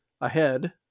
ahead